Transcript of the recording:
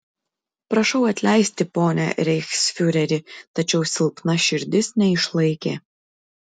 prašau atleisti pone reichsfiureri tačiau silpna širdis neišlaikė